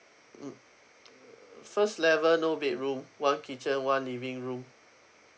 mm first level no bed room one kitchen one living room